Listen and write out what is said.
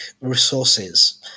resources